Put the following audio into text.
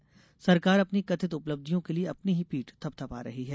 और सरकार अपनी कथित उपलब्धियों के लिए अपनी ही पीठ थपथपा रही है